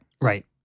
Right